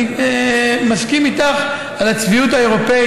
אני מסכים איתך על הצביעות האירופית,